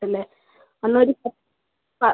പിന്നേ എന്നാൽ ഒരു പത്ത്